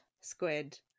squid